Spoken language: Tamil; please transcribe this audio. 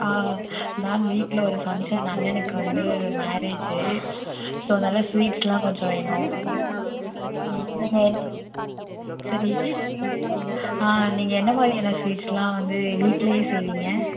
ஆ மேம் வீட்டில் ஒரு ஃபங்க்ஷன் அண்ணனுக்கு வந்து மேரேஜி ஸோ நல்ல ஸ்வீட்ஸ் எல்லாம் கொஞ்சம் வேணும் நீங்கள் என்னென்னு சரி ஆ நீங்கள் என்ன மாதிரியான ஸ்வீட் எல்லாம் வந்து வீட்டுலையே செய்விங்க